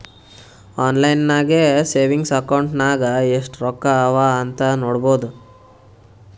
online ನಾಗೆ savings account ನಾಗ್ ಎಸ್ಟ್ ರೊಕ್ಕಾ ಅವಾ ಅಂತ್ ನೋಡ್ಬೋದು